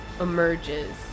emerges